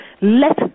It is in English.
let